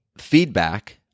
feedback